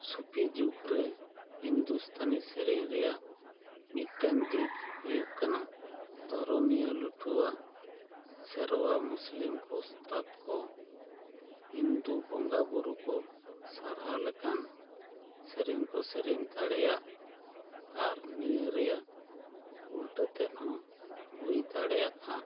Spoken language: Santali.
ᱥᱩᱯᱷᱤ ᱡᱩᱜᱽ ᱨᱮ ᱦᱤᱱᱫᱩᱥᱛᱷᱟᱱᱤ ᱥᱮᱨᱮᱧ ᱨᱮᱭᱟᱜ ᱢᱤᱫᱴᱮᱱ ᱫᱤᱠ ᱦᱩᱭᱩᱜ ᱠᱟᱱᱟ ᱫᱷᱚᱨᱚᱢᱤᱭᱟᱹ ᱞᱩᱴᱷᱟᱹᱣᱟᱜ ᱥᱮᱨᱣᱟ ᱢᱩᱥᱞᱤᱢ ᱠᱚ ᱳᱥᱛᱟᱫ ᱠᱚ ᱦᱤᱱᱫᱩ ᱵᱚᱸᱜᱟ ᱵᱩᱨᱩ ᱠᱚ ᱥᱟᱨᱦᱟᱣ ᱞᱮᱠᱟᱱ ᱥᱮᱨᱮᱧ ᱠᱚ ᱥᱮᱨᱮᱧ ᱫᱟᱲᱮᱭᱟᱜ ᱟᱨ ᱱᱤᱭᱟᱹ ᱨᱮᱭᱟᱜ ᱩᱞᱴᱟᱹ ᱛᱮᱫ ᱦᱚᱸ ᱦᱩᱭ ᱫᱟᱲᱮᱭᱟᱜᱼᱟ